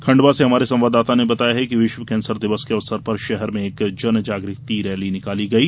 खण्डवा से हमारे संवाददाता ने बताया है कि विश्व कैंसर दिवस के अवसर पर शहर में एक जन जागृति रैली निकाली गई